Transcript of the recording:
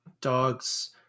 dogs